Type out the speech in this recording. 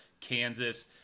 Kansas